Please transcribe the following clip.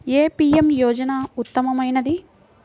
ఏ PM యోజన ఉత్తమమైనది?